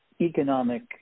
economic